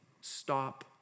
Stop